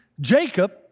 Jacob